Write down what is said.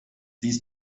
dies